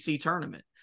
tournament